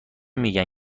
میگن